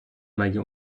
مگه